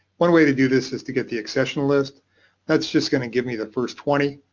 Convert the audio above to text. one way to do this is to get the accession list that's just going to give me the first twenty.